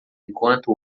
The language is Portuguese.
enquanto